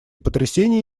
потрясения